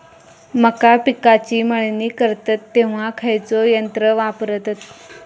मका पिकाची मळणी करतत तेव्हा खैयचो यंत्र वापरतत?